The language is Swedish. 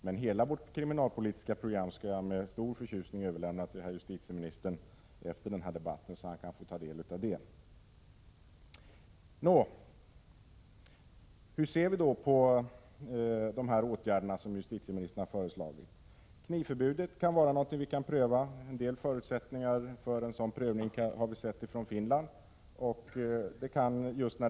Jag skall emellertid med stor förtjusning överlämna hela vårt kriminalpolitiska program till herr justitieministern efter denna debatt, så att han kan få ta del av detta. Hur ser vi då på de åtgärder som justitieministern har föreslagit? Knivförbudet kan vara någonting att pröva. En del förutsättningar för en sådan prövning har vi sett av erfarenheterna i Finland.